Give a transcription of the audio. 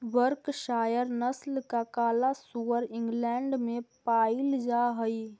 Berkshire नस्ल का काला सुअर इंग्लैण्ड में पायिल जा हई